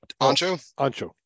ancho